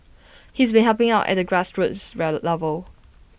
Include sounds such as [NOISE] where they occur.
he's been helping out at the grassroots [UNINTELLIGIBLE] level